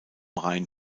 rhein